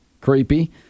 Creepy